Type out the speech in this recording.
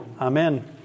Amen